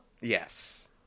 yes